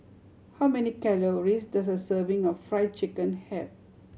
how many calories does a serving of Fried Chicken have